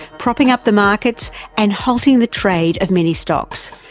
propping up the markets and halting the trade of many stocks.